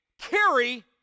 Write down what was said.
carry